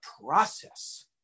process